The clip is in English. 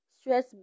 Stress